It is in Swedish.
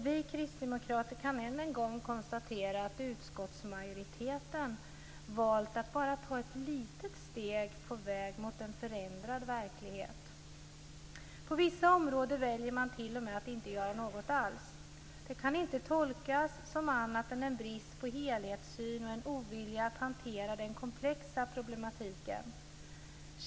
Vi kristdemokrater kan än en gång konstatera att utskottsmajoriteten valt att bara ta ett litet steg på väg mot en förändrad verklighet. På vissa områden väljer man t.o.m. att inte göra något alls. Det kan inte tolkas som annat än en brist på helhetssyn och en ovilja att hantera den komplexa problematiken.